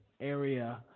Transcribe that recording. Area